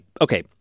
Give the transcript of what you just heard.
Okay